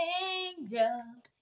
angels